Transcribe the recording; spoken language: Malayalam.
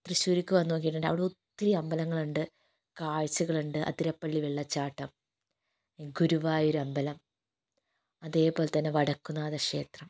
തൃശ്ശൂരിലേക്ക് വന്നു നോക്കിയിട്ടുണ്ടെങ്കിൽ അവിടെ ഒത്തിരി അമ്പലങ്ങളുണ്ട് കാഴ്ചകളുണ്ട് അതിരപ്പള്ളി വെള്ളച്ചാട്ടം ഗുരുവായൂരമ്പലം അതേപോലെത്തന്നെ വടക്കുന്നാഥക്ഷേത്രം